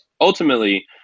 ultimately